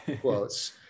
quotes